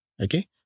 okay